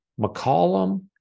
McCollum